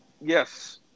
Yes